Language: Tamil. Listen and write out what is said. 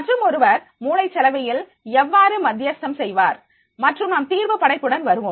மற்றும் ஒருவர் மூளைச்சலவையில் எவ்வாறு மத்தியஸ்தம் செய்வார் மற்றும் நாம் தீர்வு படைப்புடன் வருவோம்